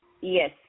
Yes